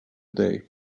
day